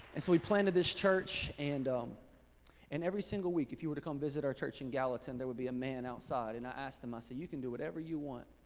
and so we planted this church and um and every single week if you were to come visit our church in gallatin, there would be a man outside. and i asked him, i said, you can do whatever you want.